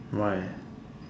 why